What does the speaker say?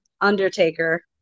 Undertaker